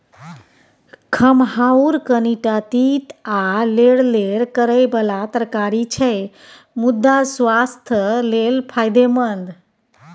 खमहाउर कनीटा तीत आ लेरलेर करय बला तरकारी छै मुदा सुआस्थ लेल फायदेमंद